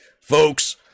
Folks